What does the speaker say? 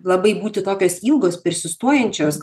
labai būti tokios ilgos persistuojančios